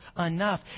enough